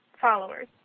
followers